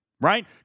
right